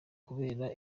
kubera